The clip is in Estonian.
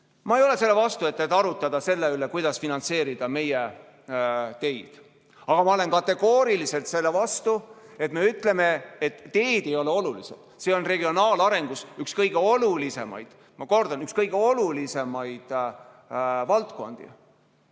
ei ole selle vastu, et arutada selle üle, kuidas finantseerida meie teid, aga ma olen kategooriliselt selle vastu, et me ütleme, et teed ei ole olulised. See on regionaalarengus üks kõige olulisemaid, ma kordan, üks kõige olulisemaid valdkondi.